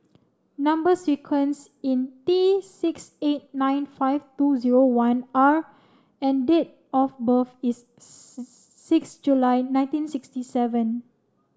number sequence is T six eight nine five two zero one R and date of birth is six July nineteen sixty seven